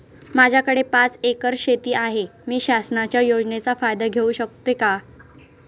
माझ्याकडे पाच एकर शेती आहे, मी शासनाच्या योजनेचा फायदा घेऊ शकते का?